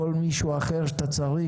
כל מישהו אחר שאתה צריך,